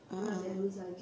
(uh huh)